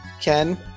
Ken